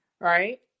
Right